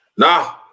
Nah